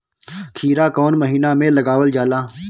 खीरा कौन महीना में लगावल जाला?